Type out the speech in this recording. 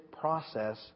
process